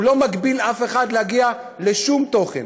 הוא לא מגביל אף אחד מלהגיע לשום תוכן.